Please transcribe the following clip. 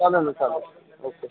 चालेल ना चालेल ओ के